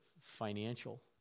financial